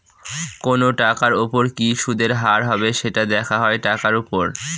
কোনো টাকার উপর কি সুদের হার হবে, সেটা দেখা হয় টাকার উপর